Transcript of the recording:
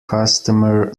customer